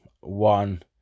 one